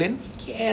K_L